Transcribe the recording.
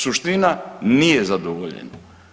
Suština nije zadovoljena.